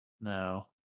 No